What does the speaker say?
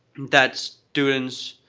that students,